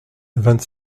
vingt